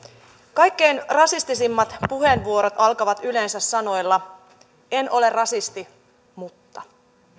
kaikkein rasistisimmat puheenvuorot alkavat yleensä sanoilla en ole rasisti mutta